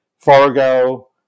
Fargo